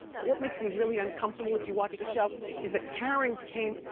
what what makes me really uncomfortable if you watch the show is that karen came,